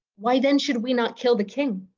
why then should we not kill the king?